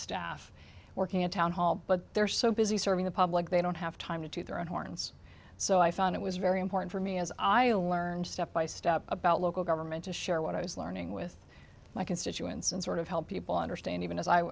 staff working at town hall but they're so busy serving the public they don't have time to toot their own horns so i found it was very important for me as i learned step by step about local government to share what i was learning with my constituents and sort of help people understand even as i